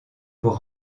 pour